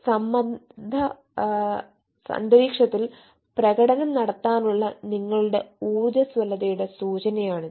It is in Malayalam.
സമ്മർദ്ദ അന്തരീക്ഷത്തിൽ പ്രകടനം നടത്താനുള്ള നിങ്ങളുടെ ഊർജ്ജസ്വലതയുടെ സൂചനയാണിത്